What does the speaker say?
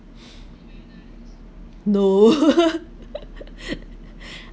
no